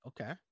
okay